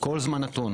בכל זמן נתון.